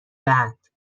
بعد